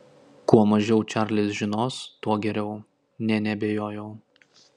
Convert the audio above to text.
kuo mažiau čarlis žinos tuo geriau nė neabejojau